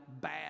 bad